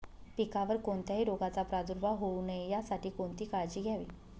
पिकावर कोणत्याही रोगाचा प्रादुर्भाव होऊ नये यासाठी कोणती काळजी घ्यावी?